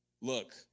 Look